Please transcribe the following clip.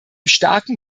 starken